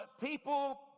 people